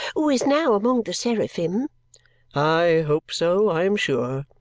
who is now among the seraphim i hope so, i am sure,